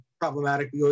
problematic